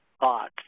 thoughts